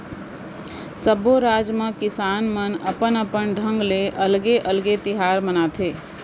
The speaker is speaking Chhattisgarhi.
सब्बो राज म किसान मन अपन अपन ढंग ले अलगे अलगे तिहार मनाथे